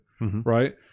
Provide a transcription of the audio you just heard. right